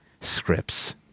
scripts